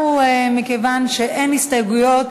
מכיוון שאין הסתייגויות,